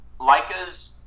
Leica's